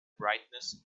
brightness